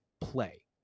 play